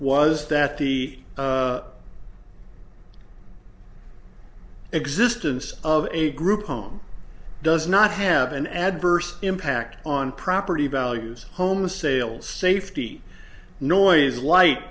was that the existence of a group home does not have an adverse impact on property values home sales safety noise light